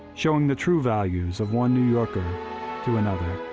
showing the true values of one new yorker to another.